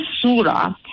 surah